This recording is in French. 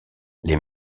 les